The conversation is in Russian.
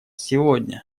сегодня